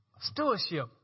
stewardship